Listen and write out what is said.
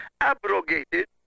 abrogated